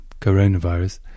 Coronavirus